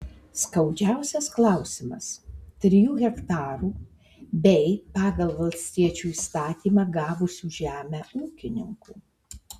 skaudžiausias klausimas trijų hektarų bei pagal valstiečių įstatymą gavusių žemę ūkininkų